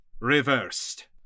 reversed